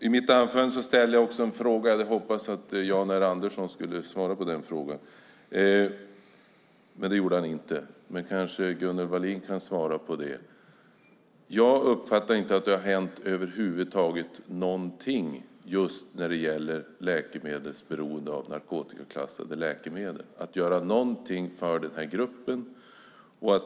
I mitt anförande ställde jag också en fråga som jag hoppades att Jan R Andersson skulle svara på, men det gjorde han inte. Kanske kan Gunnel Wallin svara. Jag uppfattar inte att över huvud taget någonting hänt just när det gäller beroendet av narkotikaklassade läkemedel och att göra någonting för den gruppen människor.